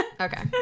okay